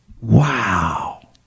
Wow